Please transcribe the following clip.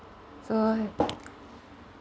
so